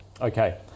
Okay